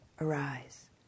arise